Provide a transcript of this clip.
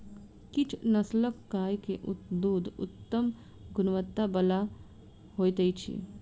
किछ नस्लक गाय के दूध उत्तम गुणवत्ता बला होइत अछि